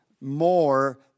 more